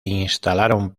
instalaron